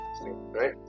right